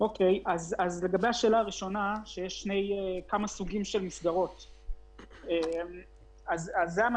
יש כיום מסגרות לא מפוקחות, שאלו מסגרות שיש בהן